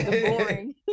Boring